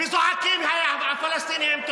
וזועקים: הפלסטינים הם טרוריסטים.